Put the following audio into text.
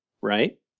right